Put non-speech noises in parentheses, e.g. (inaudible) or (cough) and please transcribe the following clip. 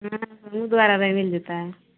(unintelligible) द्वारा मिल जेतय